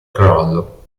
crollo